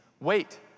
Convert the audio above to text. wait